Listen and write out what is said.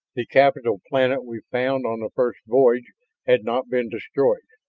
the capital-planet we found on the first voyage had not been destroyed,